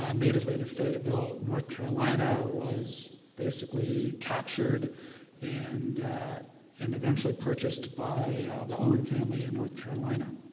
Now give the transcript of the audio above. ah made his way to fayetteville, north carolina, was basically captured and and eventually purchased by the owen family in north carolina.